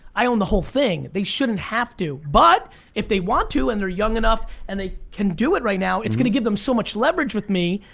i own the whole thing, they shouldn't have to, but if they want to and they're young enough and they can do it right now, it's gonna give them so much leverage with me,